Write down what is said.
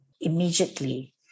immediately